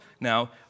now